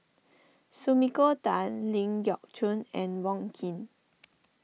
Sumiko Tan Ling Geok Choon and Wong Keen